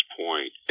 point